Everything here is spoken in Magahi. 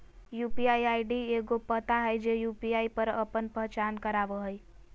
यू.पी.आई आई.डी एगो पता हइ जे यू.पी.आई पर आपन पहचान करावो हइ